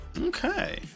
Okay